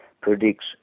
predicts